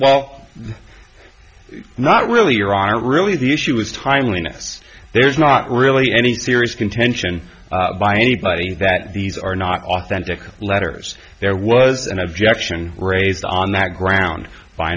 well not really your honor really the issue is timeliness there's not really any serious contention by anybody that these are not authentic letters there was an objection raised on that ground by